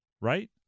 right